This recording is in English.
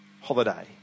holiday